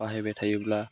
बाहायबाय थायोब्ला